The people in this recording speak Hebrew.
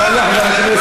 לכולם.